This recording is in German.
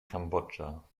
kambodscha